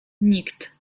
nikt